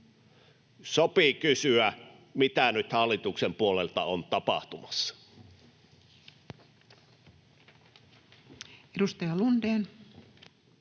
Sopii kysyä, mitä nyt hallituksen puolelta on tapahtumassa. [Speech